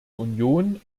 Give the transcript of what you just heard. union